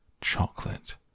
chocolate